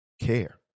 Care